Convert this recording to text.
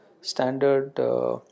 standard